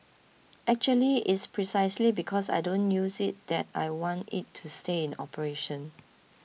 actually it's precisely because I don't use it that I want it to stay in operation